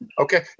Okay